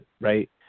right